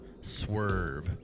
swerve